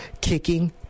kicking